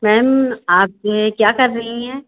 ma'am आप क्या कर रही हैं